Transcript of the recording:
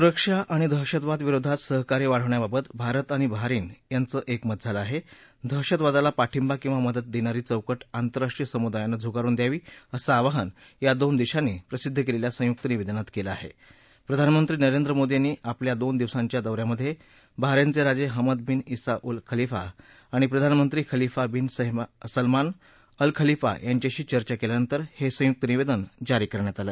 सुरक्षा आणि दहशतवाद विरोधात सहकार्य वाढवण्याबाबत भारत आणि बहारिन याचं एकमत झालं आह डेहशतवादाला पाठिंबा किंवा मदत दग्तीरी चौकट आंतरराष्ट्रीय समुदायानं झुगारुन द्यावी असं आवाहन या दोन दद्यानी प्रसिद्ध क्लिखी संयुक्त निवद्यात कल आह प्रिधानमंत्री नरेंद्र मोदी यांनी आपल्या दोन दिवसांच्या दौ यामध बिहारिनच रोज झिमद बिन झि अल खलिफा आणि प्रधानमंत्री Khalifa bin Salman Al Khalifa यांच्याशी चर्चा कल्पानंतर ह संयुक्त निवद्वज्ञ जारी करण्यात आलं